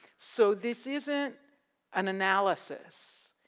so, this isn't an analysis,